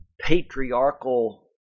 patriarchal